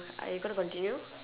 are you gonna continue